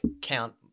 count